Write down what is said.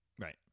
Right